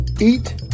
Eat